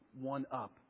one-up